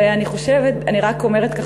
ואני חושבת, אני רק אומרת,